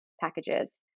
packages